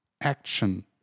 action